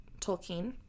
Tolkien